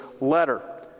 letter